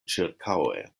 ĉirkaŭe